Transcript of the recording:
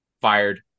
fired